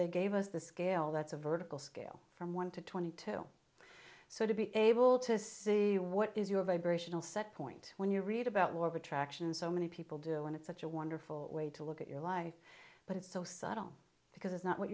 they gave us the scale that's a vertical scale from one to twenty two so to be able to see what is your vibrational setpoint when you read about whatever traction so many people do and it's such a wonderful way to look at your life but it's so subtle because it's not what